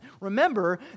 Remember